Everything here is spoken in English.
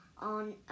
on